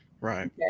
Right